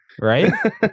right